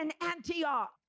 Antioch